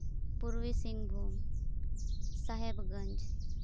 Purba Singhbhum Sahebganj